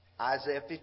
Isaiah